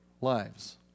lives